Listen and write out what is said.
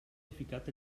edificat